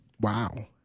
wow